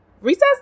recess